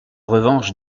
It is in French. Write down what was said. revanche